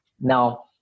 Now